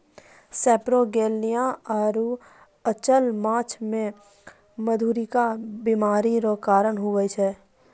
सेपरोगेलनिया आरु अचल्य माछ मे मधुरिका बीमारी रो कारण हुवै छै